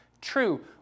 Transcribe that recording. true